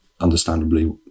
understandably